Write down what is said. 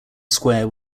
square